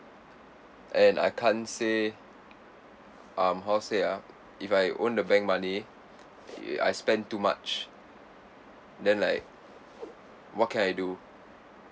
and I can't say um how say ah if I owe the bank money I spend too much then like what can I do